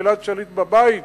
גלעד שליט בבית.